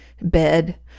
bed